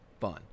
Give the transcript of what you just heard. fun